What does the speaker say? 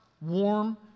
warm